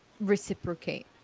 reciprocate